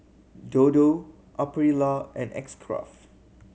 Dodo Aprilia and X Craft